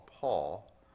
Paul